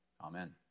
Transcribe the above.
Amen